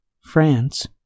France